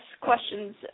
questions